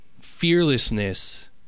fearlessness